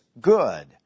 good